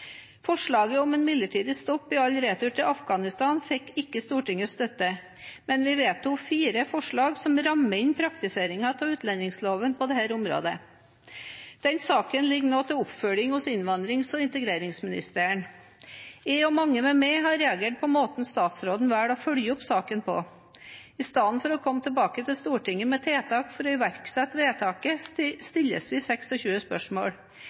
Forslaget om en midlertidig stopp i all retur til Afghanistan fikk ikke Stortingets støtte, men vi vedtok fire forslag som rammer inn praktiseringen av utlendingsloven på dette området. Denne saken ligger nå til oppfølging hos innvandrings- og integreringsministeren. Jeg og mange med meg har reagert på måten statsråden velger å følge opp saken på. I stedet for å komme tilbake til Stortinget med tiltak for å iverksette vedtaket stilles vi 26 spørsmål.